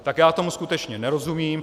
Tak já tomu skutečně nerozumím.